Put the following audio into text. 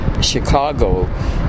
Chicago